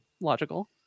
logical